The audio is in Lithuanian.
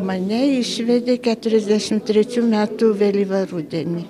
mane išvedė keturiasdešimt trečių metų vėlyvą rudenį